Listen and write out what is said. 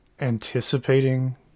anticipating